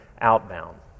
outbound